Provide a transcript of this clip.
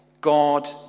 God